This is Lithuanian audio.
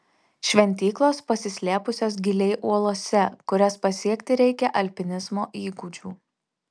šventyklos pasislėpusios giliai uolose kurias pasiekti reikia alpinizmo įgūdžių